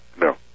No